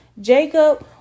Jacob